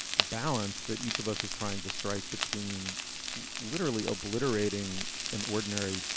balance that each of us is trying to strike between literally obliterating an ordinary,